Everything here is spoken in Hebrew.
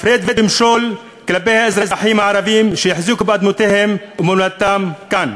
הפרד ומשול כלפי האזרחים הערבים שהחזיקו באדמותיהם ומולדתם כאן.